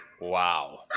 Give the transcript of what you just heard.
Wow